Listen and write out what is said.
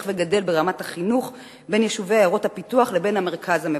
וגדל ברמת החינוך בין עיירות הפיתוח לבין המרכז המבוסס.